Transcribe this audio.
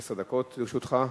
עשר דקות לרשותך.